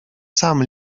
sam